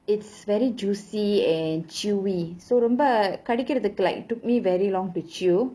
it's very juicy and chewy ரொம்ப கடிக்கிறதுக்கு:romba kadikirathuku like took me very long to chew